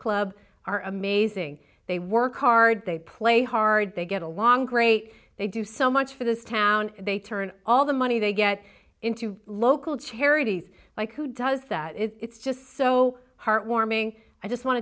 club are amazing they work hard they play hard they get along great they do so much for this town they turn all the money they get into local charities like who does that it's just so heartwarming i just want